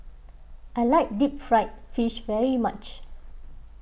I like Deep Fried Fish very much